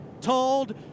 told